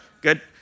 Good